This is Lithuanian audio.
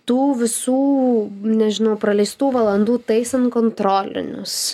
tų visų nežinao praleistų valandų taisant kontrolinius